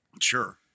Sure